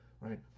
right